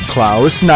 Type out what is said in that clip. Klaus